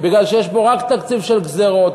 בגלל שהוא רק תקציב של גזירות,